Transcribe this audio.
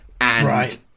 Right